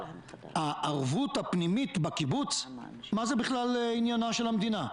הערבות הפנימית בקיבוץ - מה זה בכלל עניינה של המדינה?